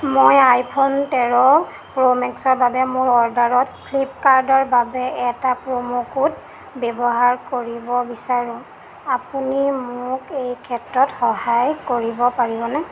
মই আইফোন তেৰ প্ৰ'মেক্সৰ বাবে মোৰ অৰ্ডাৰত ফ্লিপকাৰ্ডৰ বাবে এটা প্ৰম' ক'ড ব্যৱহাৰ কৰিব বিচাৰোঁ আপুনি মোক এই ক্ষেত্ৰত সহায় কৰিব পাৰিবনে